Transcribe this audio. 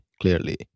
clearly